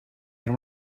era